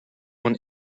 one